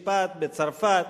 בהוכחות משפטיות,